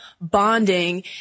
bonding